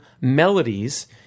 melodies